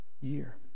year